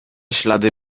ślady